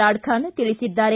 ಲಾಡಖಾನ್ ತಿಳಿಸಿದ್ದಾರೆ